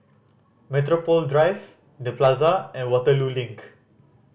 Metropole Drive The Plaza and Waterloo Link